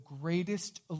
greatest